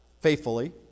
faithfully